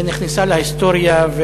נכנס להיסטוריה.